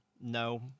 no